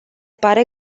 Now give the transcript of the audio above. pare